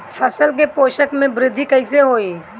फसल के पोषक में वृद्धि कइसे होई?